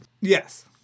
Yes